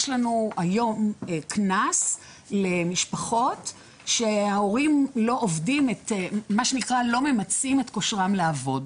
יש לנו היום קנס למשפחות שההורים לא ממצים את כושרם לעבוד,